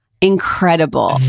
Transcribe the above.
incredible